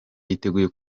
yiteguye